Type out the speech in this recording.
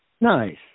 Nice